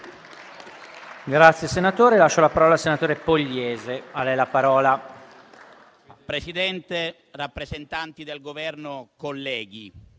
Presidente, rappresentanti del Governo, colleghi,